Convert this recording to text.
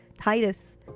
Titus